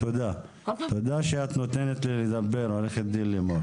תודה שאת נותנת לי לדבר, עו"ד לימור.